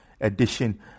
edition